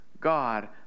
God